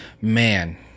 man